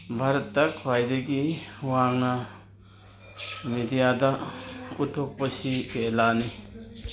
ꯚꯥꯔꯠꯇ ꯈ꯭ꯋꯥꯏꯗꯒꯤ ꯋꯥꯡꯅ ꯃꯦꯗꯤꯌꯥꯗ ꯎꯠꯊꯣꯛꯄꯁꯤ ꯀꯦꯔꯂꯥꯅꯤ